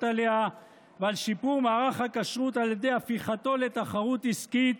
עליה ועל שיפור מערך הכשרות על ידי הפיכתו לתחרות עסקית